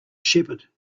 shepherd